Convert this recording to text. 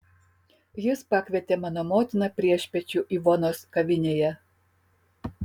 jis pakvietė mano motiną priešpiečių ivonos kavinėje